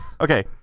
Okay